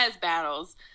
battles